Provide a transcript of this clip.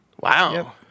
Wow